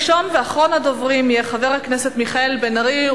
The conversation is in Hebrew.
ראשון ואחרון הדוברים יהיה חבר הכנסת מיכאל בן-ארי.